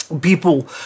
People